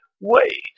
Wait